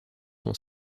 sont